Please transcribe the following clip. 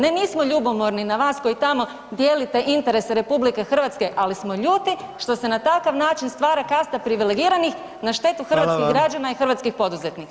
Ne, nismo ljubomorni na vas koji tamo dijelite interese RH, ali smo ljuti što se na takav način stvara kasta privilegiranih na štetu [[Upadica: Hvala vam]] hrvatskih građana i hrvatskih poduzetnika.